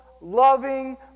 loving